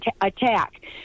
attack